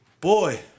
Boy